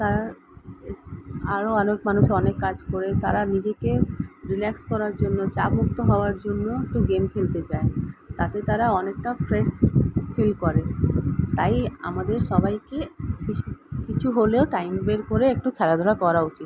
তারা আরও অনেক মানুষ অনেক কাজ করে তারা নিজেকে রিল্যাক্স করার জন্য চাপ মুক্ত হওয়ার জন্য একটু গেম খেলতে চায় তাতে তারা অনেকটা ফ্রেশ ফিল করে তাই আমদের সবাইকে কিছু হলেও টাইম বের করে একটু খেলাধূলা করা উচিত